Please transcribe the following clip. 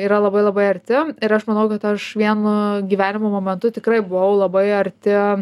yra labai labai arti ir aš manau kad aš vienu gyvenimo momentu tikrai buvau labai arti